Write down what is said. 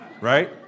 Right